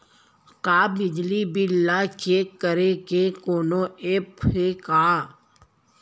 का बिजली बिल ल चेक करे के कोनो ऐप्प हे का?